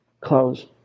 close